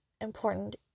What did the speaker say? important